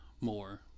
more